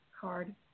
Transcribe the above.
card